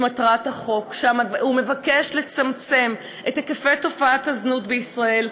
את מטרת החוק: הוא מבקש לצמצם את היקפי תופעת הזנות בישראל,